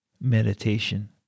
meditation